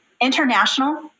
international